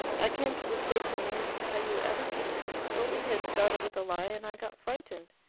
i came to the station meaning to tell you everything then. but we had started with a lie, and i got frightened.